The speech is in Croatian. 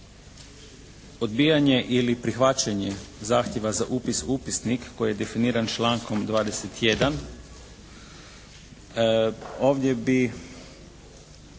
odbijanje ili prihvaćanje zahtjeva za upis u upisnik koji je definiran člankom 21. Ovdje bi